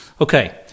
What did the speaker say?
okay